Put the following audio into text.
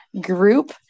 group